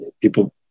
People